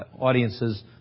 audiences